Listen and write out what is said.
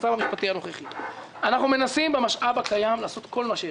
במדינת ישראל מהיום הראשון לא מאפשרים לאוטובוס להיכנס,